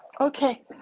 Okay